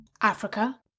Africa